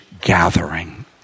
gathering